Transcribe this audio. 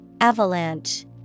Avalanche